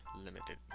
limited